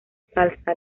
salsa